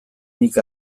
nik